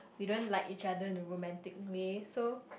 we don't like each other in a romantic way so